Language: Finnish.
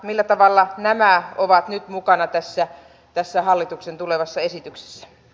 millä tavalla nämä ovat nyt mukana tässä hallituksen tulevassa esityksessä